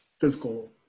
physical